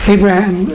Abraham